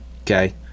okay